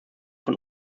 von